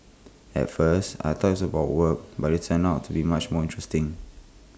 at first I thought IT was about work but IT turned out to be much more interesting